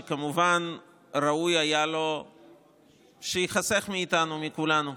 שכמובן, ראוי היה לו שייחסך מאיתנו, מכולנו.